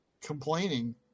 complaining